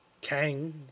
Kang